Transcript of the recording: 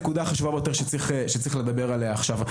הנקודה החשובה ביותר שצריך לדבר עליה עכשיו.